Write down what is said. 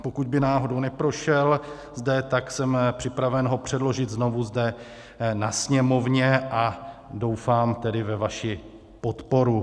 Pokud by náhodou neprošel zde, tak jsem připraven ho předložit znovu zde na Sněmovně a doufám ve vaši podporu.